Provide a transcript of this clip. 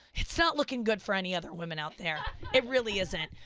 it's not looking good for any other women out there. it really isn't.